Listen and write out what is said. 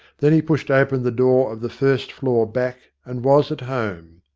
then he pushed open the door of the first-floor back and was at home.